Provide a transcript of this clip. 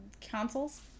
consoles